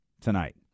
tonight